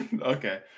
Okay